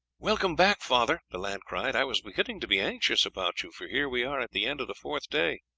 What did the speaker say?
welcome back, father, the lad cried. i was beginning to be anxious about you, for here we are at the end of the fourth day.